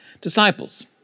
disciples